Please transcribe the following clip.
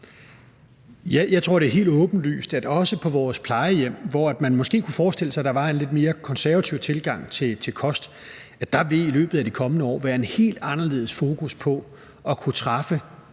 Jeg tror, det er helt åbenlyst, at der også på vores plejehjem, hvor man måske kan forestille sig, at der er en lidt mere konservativ tilgang til kosten, i løbet af de kommende år vil være et helt anderledes fokus på at kunne træffe